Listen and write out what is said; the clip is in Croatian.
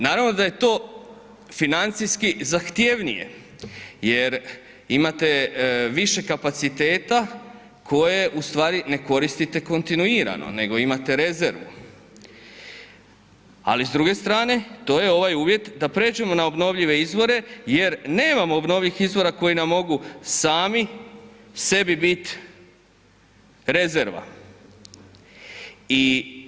Naravno da je to financijski zahtjevnije jer imate više kapaciteta koje ustvari ne koristite kontinuirano nego imate rezervu ali s druge strane, to je ovaj uvjet da pređemo na obnovljive izvore jer nemamo obnovljivih izvora koji nam mogu sami sebi bit rezerva.